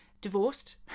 divorced